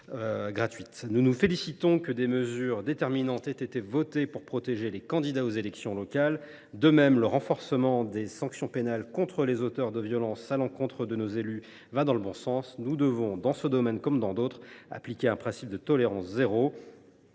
Nous nous félicitons que des mesures déterminantes aient été votées pour protéger les candidats aux élections locales. De même, le renforcement des sanctions pénales contre les auteurs de violences à l’encontre de nos élus va dans le bon sens. Nous devons, dans ce domaine comme dans d’autres, appliquer le principe de la tolérance zéro.